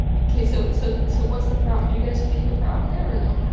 ok, so so so, what's the problem? do you guys feel the problem there or no?